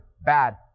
bad